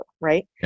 Right